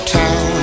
town